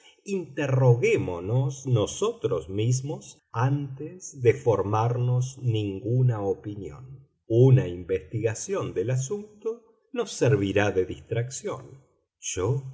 asesinatos interroguémonos nosotros mismos antes de formarnos ninguna opinión una investigación del asunto nos servirá de distracción yo